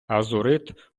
азурит